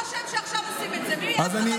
ברוך השם, עכשיו עושים את זה, מתנגד.